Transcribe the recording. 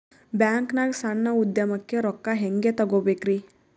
ಬ್ಯಾಂಕ್ನಾಗ ಸಣ್ಣ ಉದ್ಯಮಕ್ಕೆ ರೊಕ್ಕ ಹೆಂಗೆ ತಗೋಬೇಕ್ರಿ?